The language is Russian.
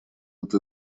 это